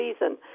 reason